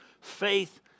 faith